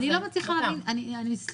תכף תשמע